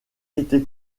été